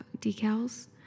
decals